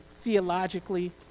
theologically